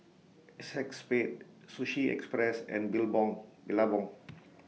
ACEXSPADE Sushi Express and Billabong